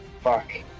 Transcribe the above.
Fuck